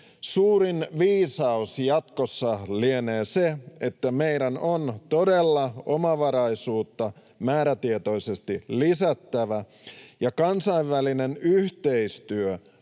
suurin viisaus jatkossa lienee se, että meidän on todella omavaraisuutta määrätietoisesti lisättävä ja kansainvälisen yhteistyön